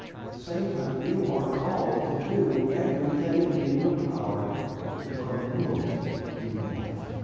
at the same time, you are called to do everything in your power to promote human life,